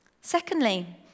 Secondly